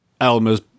Elmer's